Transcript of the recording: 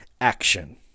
action